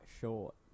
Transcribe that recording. short